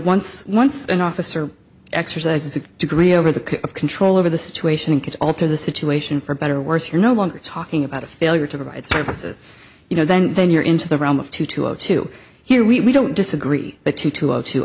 once once an officer exercises a degree over the control over the situation and could alter the situation for better or worse you're no longer talking about a failure to provide services you know then then you're into the realm of two two of two here we don't disagree but two two of